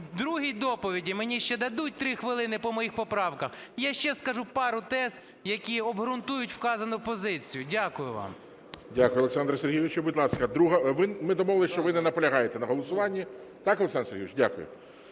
другій доповіді, мені ще дадуть 3 хвилини по моїх поправках, я ще скажу пару тез, які обґрунтують вказану позицію. Дякую вам. ГОЛОВУЮЧИЙ. Дякую, Олександр Сергійович. Будь ласка, 2-а. Ми домовились, що ви не наполягаєте на голосуванні. Так, Олександр Сергійович? Дякую.